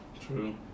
true